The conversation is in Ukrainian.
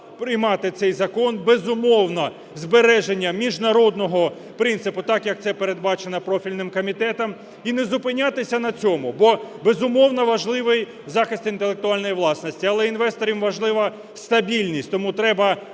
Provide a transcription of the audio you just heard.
приймати цей закон. Безумовно, збереження міжнародного принципу так, як це передбачено профільним комітетом, і не зупинятися на цьому. Бо, безумовно, важливий захист інтелектуальної власності, але інвесторам важлива стабільність. Тому треба